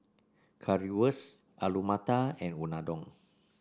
Currywurst Alu Matar and Unadon